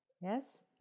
yes